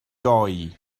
doi